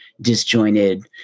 disjointed